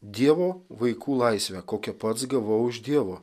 dievo vaikų laisvę kokią pats gavau iš dievo